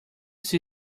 see